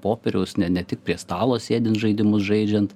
popieriaus ne ne tik prie stalo sėdint žaidimus žaidžiant